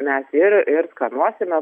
mes ir ir skanuosime